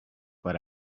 what